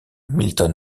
milton